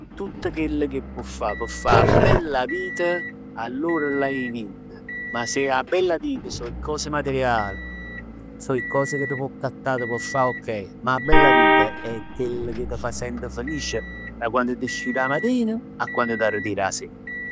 Tutt chell ch' può fà p' fa 'a bella vit, allor l'hai vinta, ma se 'a bella vita song 'e cos materiali, sò 'e cos ca t' può accattà e fà ok. Ma 'a bella vita è chell ca t' fa sent felice da quann t' scete 'a matin, a quando t' arritir 'a sera.